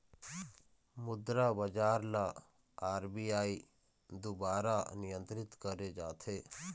मुद्रा बजार ल आर.बी.आई दुवारा नियंत्रित करे जाथे